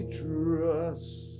trust